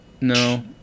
no